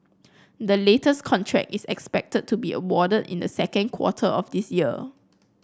the latest contract is expected to be awarded in the second quarter of this year